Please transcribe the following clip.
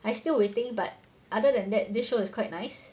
I still waiting but other than that this show is quite nice